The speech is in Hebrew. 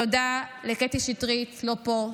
תודה לקטי שטרית, שלא פה,